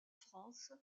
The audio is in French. france